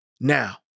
Now